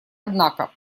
однако